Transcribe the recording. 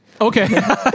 Okay